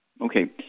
Okay